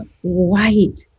white